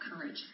courage